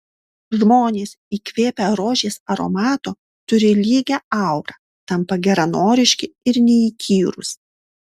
žmonės įkvėpę rožės aromato turi lygią aurą tampa geranoriški ir neįkyrūs